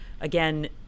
again